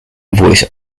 voice